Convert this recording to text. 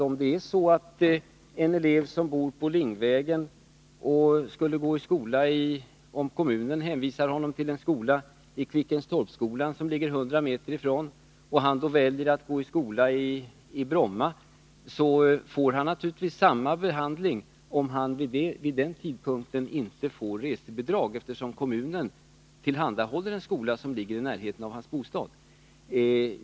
Om det är så att en elev som bor på Lingvägen och som kommunen hänvisar till Kvickentorpsskolan, som ligger 100 meter därifrån, väljer att i stället gå i skola i Bromma får han naturligtvis, om han då inte får resebidrag, samma behandling som övriga elever som bor på Lingvägen och hänvisas till Kvickentorpsskolan; kommunen tillhandahåller ju en skola som ligger i närheten av hans bostad.